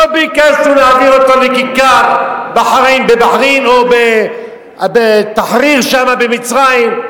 לא ביקשנו להעביר מכיכר בבחריין או מכיכר תחריר במצרים,